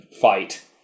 fight